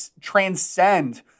transcend